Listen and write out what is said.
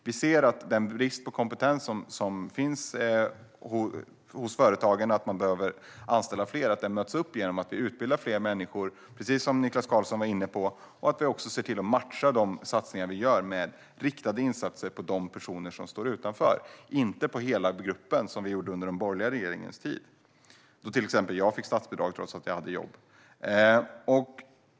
Vi ser att den brist på kompetent arbetskraft som finns i företagen och att de behöver anställa fler möts genom att vi utbildar fler människor, precis som Niklas Karlsson var inne på, och ser till att matcha de satsningar vi gör med riktade insatser på de personer som står utanför - inte på hela gruppen som på den borgerliga regeringens tid, då till exempel jag fick statsbidrag trots att jag hade jobb.